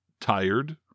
tired